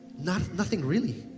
nothing nothing really.